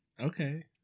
Okay